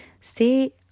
stay